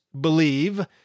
believe